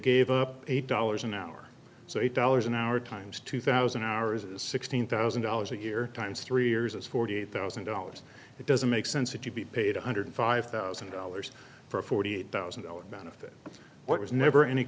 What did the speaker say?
gave up eight dollars an hour so eight dollars an hour times two thousand hours is sixteen thousand dollars a year times three years as forty eight thousand dollars it doesn't make sense if you be paid one hundred five thousand dollars for a forty eight thousand dollars benefit what was never any